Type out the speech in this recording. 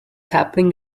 happening